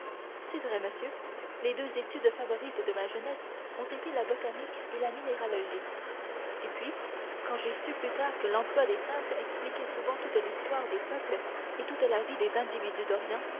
c'est vrai monsieur les deux études favorites de ma jeunesse ont été la botanique et la minéralogie et puis quand j'ai su plus tard que l'emploi des simples expliquait souvent toute l'histoire des peuples et toute la vie des individus d'orient